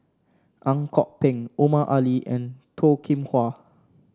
Ang Kok Peng Omar Ali and Toh Kim Hwa